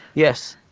yes.